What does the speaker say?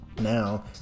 Now